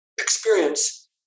experience